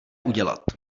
udělat